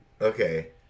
Okay